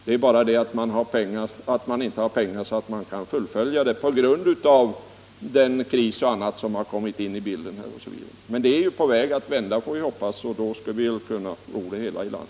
Det är bara det att man inte har pengar för att kunna fullfölja det, på grund av den kris m.m. som kommit in i bilden. Men vi får hoppas att det är på väg att vända, och då skall vi kunna ro det hela i land.